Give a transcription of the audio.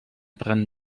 brennen